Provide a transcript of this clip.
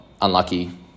unlucky